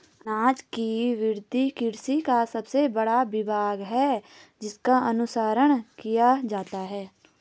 अनाज की वृद्धि कृषि का सबसे बड़ा विभाग है जिसका अनुसरण किया जाता है